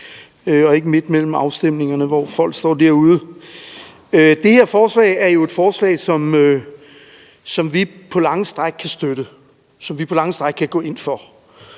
og ikke midt i afstemningerne, hvor folk står derude i Vandrehallen. Det her forslag er jo et forslag, som vi på lange stræk kan støtte, som vi på lange stræk kan gå ind for.